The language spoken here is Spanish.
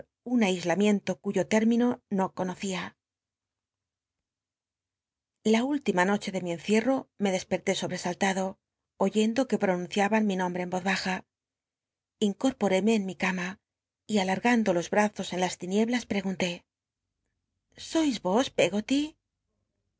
un aislamiento cuyo término no l onocia biblioteca nacional de españa david copperfield j a última noche e le mi encie rro me tl espeté sobresaltado oyendo que i'onnnciaba n mi nombi'c en oz baja l ncoi'jloi'éme en mi cama y alargando los brazos en las tinieblas sois os eggoty